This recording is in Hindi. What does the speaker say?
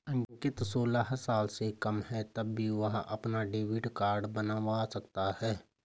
अंकित सोलह साल से कम है तब भी वह अपना डेबिट कार्ड बनवा सकता है